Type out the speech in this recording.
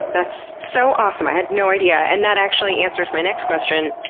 that's so awesome. i had no idea. and that actually answers my next question,